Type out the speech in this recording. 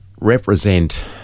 represent